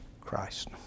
Christ